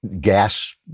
gas